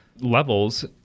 levels